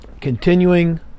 Continuing